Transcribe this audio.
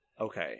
Okay